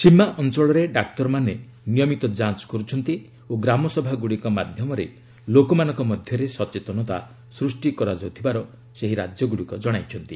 ସୀମା ଅଞ୍ଚଳରେ ଡାକ୍ତରମାନେ ନିୟମିତ ଯାଞ୍ଚ କରୁଛନ୍ତି ଓ ଗ୍ରାମସଭାଗ୍ରଡ଼ିକ ମାଧ୍ୟମରେ ଲୋକମାନଙ୍କ ମଧ୍ୟରେ ସଚେତନତା ସୃଷ୍ଟି କରାଯାଉଥିବାର ସେହି ରାଜ୍ୟଗୁଡ଼ିକ ଜଣାଇଛନ୍ତି